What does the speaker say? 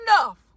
enough